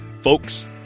Folks